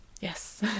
yes